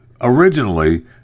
originally